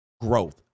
growth